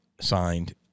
signed